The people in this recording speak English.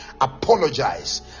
apologize